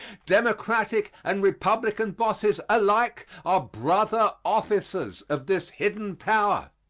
democratic and republican bosses alike are brother officers of this hidden power.